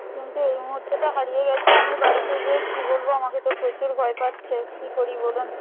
কিন্তু এই মুহূর্তে তো হারিয়ে গেছে আমি বাড়িতে গিয়ে কী বলব আমাকে তো প্রচুর ভয় পাচ্ছে কী করি বলুন